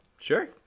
sure